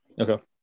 Okay